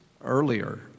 earlier